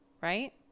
right